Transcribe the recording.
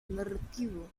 narrativo